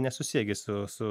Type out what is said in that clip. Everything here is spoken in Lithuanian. nesusiję gi su su